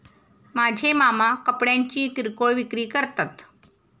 माझे मामा कपड्यांची किरकोळ विक्री करतात